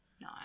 No